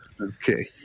Okay